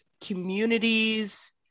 communities